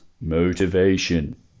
motivation